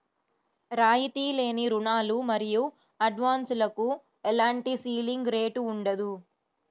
రాయితీ లేని రుణాలు మరియు అడ్వాన్సులకు ఎలాంటి సీలింగ్ రేటు ఉండదు